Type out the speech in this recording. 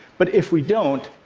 but if we don't,